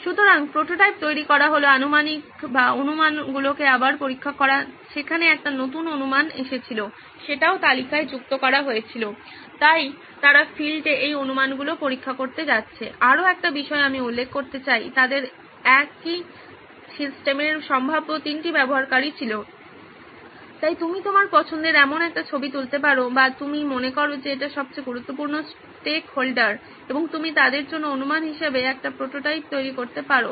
সুতরাং প্রোটোটাইপ তৈরি করা হলো অনুমানগুলিকে আবার পরীক্ষা করা সেখানে একটি নতুন অনুমান এসেছিল সেটিও তালিকায় যুক্ত করা হয়েছিল তাই তারা ফিল্ডে এই অনুমানগুলি পরীক্ষা করতে যাচ্ছে আরো একটি বিষয় আমি উল্লেখ করতে চাই তাদের এখন একই সিস্টেমের সম্ভাব্য তিনটি ব্যবহারকারী ছিল তাই তুমি তোমার পছন্দের এমন একটি ছবি তুলতে পারো বা তুমি মনে করো যে এটি সবচেয়ে গুরুত্বপূর্ণ স্টেকহোল্ডার এবং তুমি তাদের জন্য অনুমান হিসাবে একটি প্রোটোটাইপ তৈরি করতে পারো